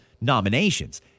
nominations